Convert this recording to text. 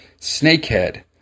Snakehead